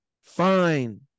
Fine